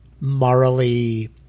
morally